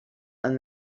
han